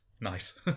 Nice